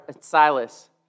Silas